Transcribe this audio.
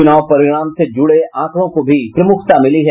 चुनाव परिणाम से जुड़े आंकड़ों को भी प्रमुखता मिली है